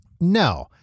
No